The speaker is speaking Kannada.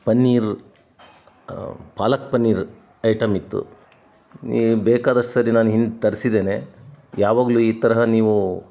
ಪನ್ನೀರ್ ಪಾಲಕ್ ಪನ್ನೀರ್ ಐಟಮ್ ಇತ್ತು ನೀವು ಬೇಕಾದಷ್ಟು ಸರಿ ನಾನು ಹಿಂದು ತರಿಸಿದ್ದೇನೆ ಯಾವಾಗಲೂ ಈ ತರಹ ನೀವು